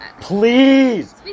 Please